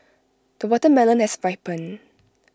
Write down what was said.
the watermelon has ripened